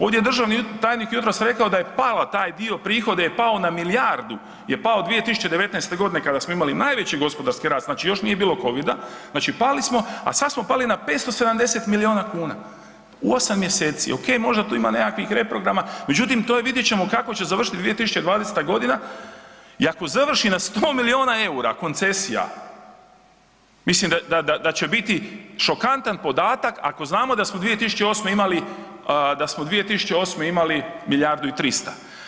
Ovdje je državni tajnik jutros rekao da je pala taj dio prihoda je pao na milijardu je pao 2019. godine kada smo imali najveći gospodarski rast, znači još nije bilo Covida, znači pali smo, a sad smo pali na 570 miliona kuna u 8 mjeseci, ok možda tu ima nekakvih reprograma međutim to je vidjet ćemo kako će završiti 2020. i ako završi na 100 miliona EUR-a koncesija mislim da, da će biti šokantan podatak ako znamo da smo 2008. imali, da smo 2008. imali milijardu i 300.